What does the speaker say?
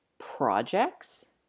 projects